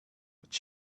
but